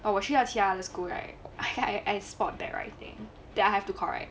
orh 我需要去那个 school right I I spot bad writing that I have to correct